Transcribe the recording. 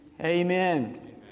Amen